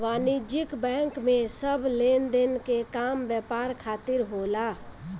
वाणिज्यिक बैंक में सब लेनदेन के काम व्यापार खातिर होला